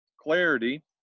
clarity